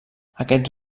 aquests